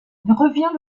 revient